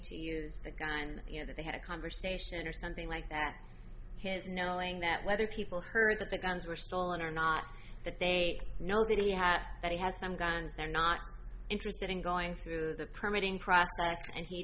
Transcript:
to use a gun you know that they had a conversation or something like that his knowing that whether people heard that the guns were stolen or not that they know that he had that he has some guns they're not interested in going through the permeating